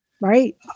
Right